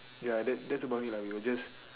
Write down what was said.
ya that that's about it lah we will just